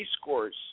scores